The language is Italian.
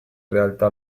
realtà